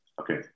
Okay